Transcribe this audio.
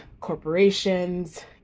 corporations